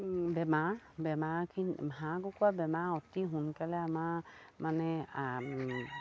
বেমাৰ বেমাৰখিনি হাঁহ কুকুৰা বেমাৰ অতি সোনকালে আমাৰ মানে